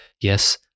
Yes